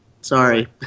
Sorry